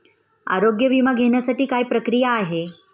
आरोग्य विमा घेण्यासाठी काय प्रक्रिया आहे?